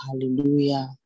Hallelujah